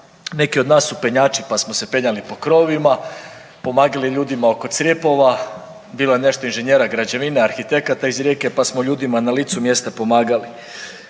Neki od nas su penjači, pa smo se penjali po krovovima. Pomagali ljudima oko crjepova. Bilo ne nešto inženjera građevine, arhitekata iz Rijeke pa smo ljudima na licu mjesta pomagali.